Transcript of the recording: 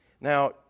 Now